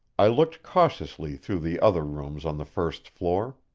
i looked cautiously through the other rooms on the first floor.